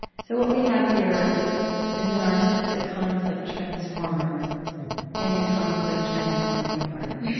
so what we have here is an artistic conflict-transformer and a conflict-transforming artist